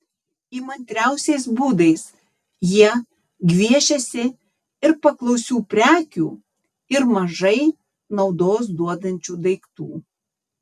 įmantriausiais būdais jie gviešiasi ir paklausių prekių ir mažai naudos duodančių daiktų